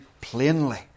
plainly